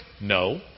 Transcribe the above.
No